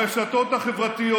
הרשתות החברתיות,